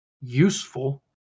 useful